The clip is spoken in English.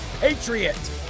patriot